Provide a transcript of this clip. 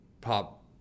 pop